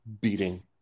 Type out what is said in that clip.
beating